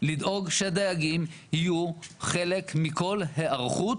לדאוג שהדייגים יהיו חלק מכל היערכות,